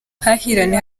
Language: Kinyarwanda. buhahirane